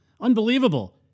Unbelievable